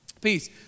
Peace